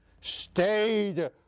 Stayed